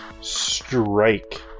strike